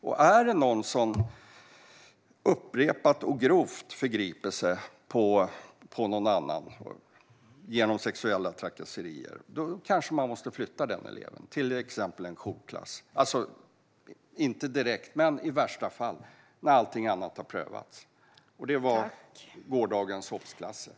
Om en elev upprepade gånger grovt förgriper sig på någon annan genom sexuella trakasserier måste man kanske flytta den eleven, kanske till en jourklass - inte direkt, men i värsta fall när allt annat har prövats. Dessa jourklasser är gårdagens obsklasser.